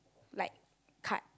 like cut